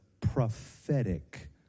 prophetic